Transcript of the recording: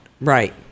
Right